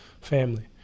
family